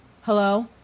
hello